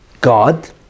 God